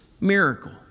miracle